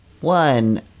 one